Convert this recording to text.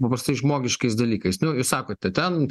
paprastais žmogiškais dalykais nu jūs sakote ten